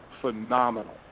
phenomenal